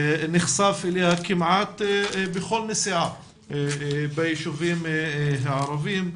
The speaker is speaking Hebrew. נחשף אליה כמעט בכל נסיעה ביישובים הערבים,